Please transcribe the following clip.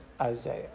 isaiah